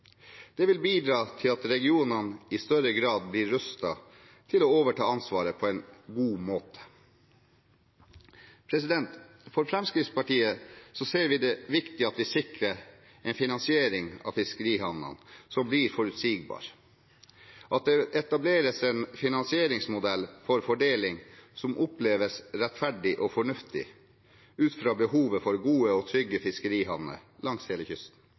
Det vil bidra til at regionene i større grad blir rustet til å overta ansvaret på en god måte. For Fremskrittspartiets del ser vi det som viktig at vi sikrer en finansiering av fiskerihavnene som blir forutsigbar, at det etableres en finansieringsmodell for fordeling som oppleves rettferdig og fornuftig, ut fra behovet for gode og trygge fiskerihavner langs hele kysten.